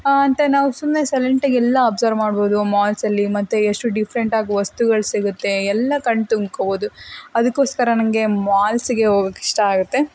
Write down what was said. ಅಂತ ನಾವು ಸುಮ್ಮನೆ ಸೈಲೆಂಟಾಗಿ ಎಲ್ಲ ಒಬ್ಸರ್ವ್ ಮಾಡ್ಬೋದು ಮಾಲ್ಸಲ್ಲಿ ಮತ್ತೆ ಎಷ್ಟು ಡಿಫ್ರೆಂಟಾಗಿ ವಸ್ತುಗಳು ಸಿಗುತ್ತೆ ಎಲ್ಲ ಕಣ್ತುಂಬ್ಕೊಬೋದು ಅದಕ್ಕೋಸ್ಕರ ನನಗೆ ಮಾಲ್ಸಿಗೆ ಹೋಗೋಕ್ ಇಷ್ಟ ಆಗುತ್ತೆ